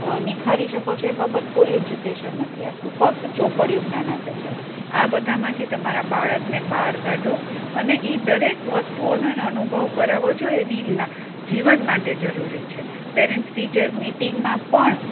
નિખારી શકો છો એ બાબત કોઈ એજ્યુકેશન નથી આપતું ફક્ત ચોપડીયું જ્ઞાન આપે છે આ બધામાંથી તમારા બાળકને બહાર કાઢો અને એ દરેક વસ્તુઓનો એને અનુભવ કરાવો જો એની જીવન માટે જરૂરી છે પેરેન્સ ટીચર મિટિંગમાં પણ